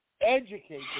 educate